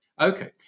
Okay